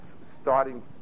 starting